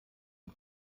und